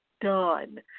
done